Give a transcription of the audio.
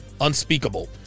Unspeakable